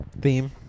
theme